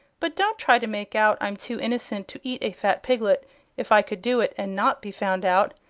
but don't try to make out i'm too innocent to eat a fat piglet if i could do it and not be found out.